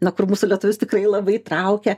na kur mūsų lietuvis tikrai labai traukia